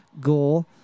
goal